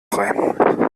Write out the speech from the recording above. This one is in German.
frei